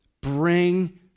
Bring